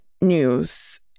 news